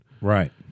Right